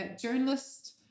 journalist